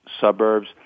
suburbs